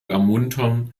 ermuntern